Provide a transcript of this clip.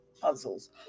puzzles